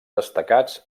destacats